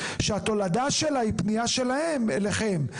שהתולדה שלה היא פנייה שלהם אליכם.